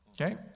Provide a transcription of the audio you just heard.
okay